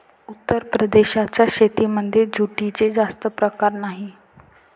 उत्तर प्रदेशाच्या शेतीमध्ये जूटचे जास्त प्रकार नाही